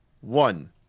One